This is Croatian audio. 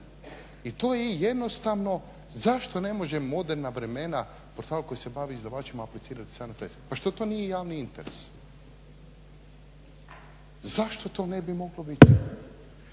I to je jednostavno zašto ne može Moderna vremena portal koji se bavi izdavačima aplicirati … pa što to nije javni interes? Zašto to ne bi moglo biti?